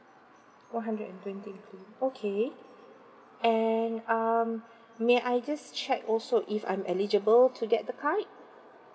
one hundred and twenty incl~ okay and um may I just check also if I'm eligible to get the card